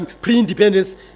pre-independence